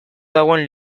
dagoen